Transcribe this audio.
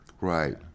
Right